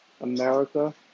America